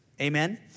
Amen